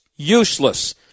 Useless